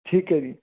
ਠੀਕ ਹੈ ਜੀ